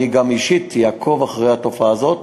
אני אישית גם אעקוב אחרי התופעה הזאת.